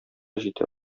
җитә